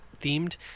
themed